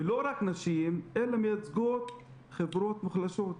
ולא רק נשים אלא מייצגות חברות מוחלשות,